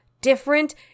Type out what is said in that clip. different